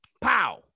Pow